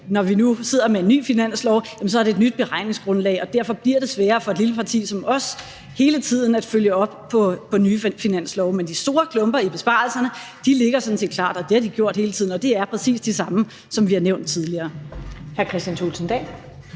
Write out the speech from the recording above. når vi nu sidder med en ny finanslov, er det et nyt beregningsgrundlag, og derfor bliver det sværere for et lille parti som os hele tiden at følge op på nye finanslove. Men de store klumper i besparelserne ligger sådan set klart, og det har de gjort hele tiden, og det er præcis de samme, som vi har nævnt tidligere.